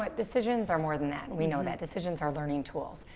like decisions are more than that. we know that. decisions are learning tools.